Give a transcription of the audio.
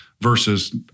versus